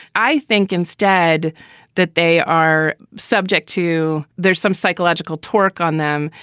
i think instead that they are subject to there's some psychological talk on them.